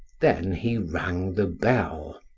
then he rang the bell.